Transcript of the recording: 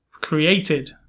created